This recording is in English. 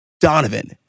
Donovan